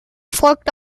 folgte